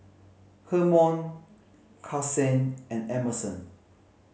Hermon Kasen and Emerson